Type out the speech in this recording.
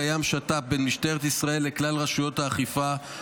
קיים שת"פ בין משטרת ישראל לכלל רשויות האכיפה,